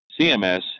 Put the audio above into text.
CMS